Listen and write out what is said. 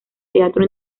teatro